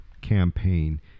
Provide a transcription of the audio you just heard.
campaign